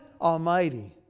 Almighty